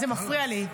זה מפריע לי.